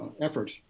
effort